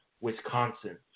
Wisconsin